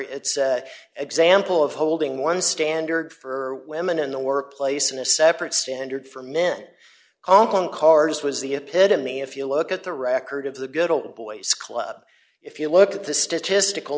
it's example of holding one standard for women in the workplace and a separate standard for men in cars was the epitome if you look at the record of the good old boys club if you look at the statistical